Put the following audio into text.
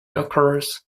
occurs